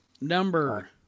Number